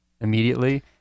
immediately